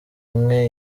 imwe